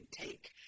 take